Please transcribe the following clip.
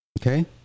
Okay